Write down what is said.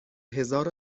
هزار